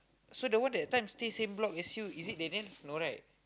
so the one that time stay same block as you is it Daniel no right